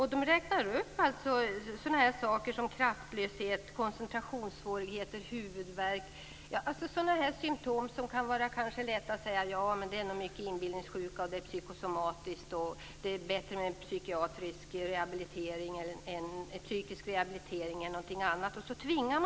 Man räknar upp saker som kraftlöshet, koncentrationssvårigheter och huvudvärk. Det är sådana symtom som man kan kalla för inbillningssjuka, eller psykosomatiska symtom. Man kan mena att det vore bättre med psykisk rehabilitering än något annat.